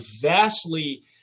vastly